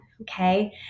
Okay